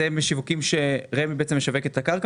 רמ"י משווקת את הקרקע.